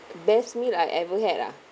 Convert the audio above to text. best meal I ever had ah